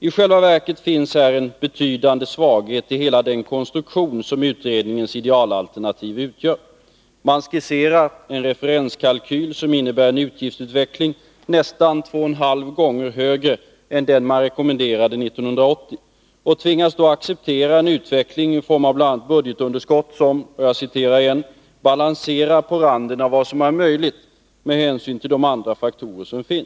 I själva verket finns här en betydande svaghet i hela den konstruktion som utredningens idealalternativ utgör. Man skisserar en referenskalkyl som innebär en utgiftutveckling nästan två och en halv gånger högre än den man rekommenderade 1980 och tvingas då acceptera en utveckling i form av bl.a. budgetunderskott som ”balanserar på randen av vad som är möjligt” med hänsyn till andra faktorer.